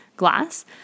glass